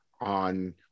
on